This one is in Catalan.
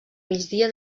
migdia